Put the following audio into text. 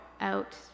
out